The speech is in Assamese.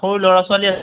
সৰু ল'ৰা ছোৱালী